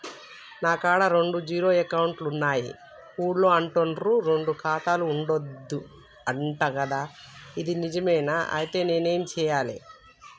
నా కాడా రెండు జీరో అకౌంట్లున్నాయి ఊళ్ళో అంటుర్రు రెండు ఖాతాలు ఉండద్దు అంట గదా ఇది నిజమేనా? ఐతే నేనేం చేయాలే?